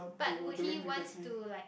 but would he want to like